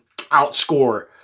outscore